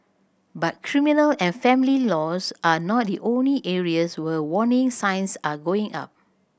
but criminal and family laws are not the only areas where warning signs are going up